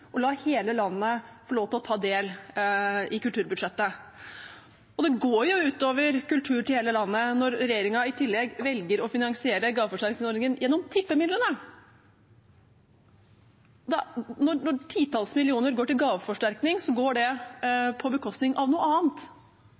og la hele landet få lov til å ta del i kulturbudsjettet. Og det går jo ut over kultur til hele landet når regjeringen i tillegg velger å finansiere gaveforsterkningsordningen gjennom tippemidlene. Når titalls millioner går til gaveforsterkning, går det på bekostning av noe annet